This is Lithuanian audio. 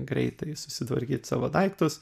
greitai susitvarkyt savo daiktus